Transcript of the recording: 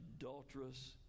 adulterous